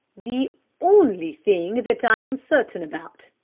the only thing that i am certain about,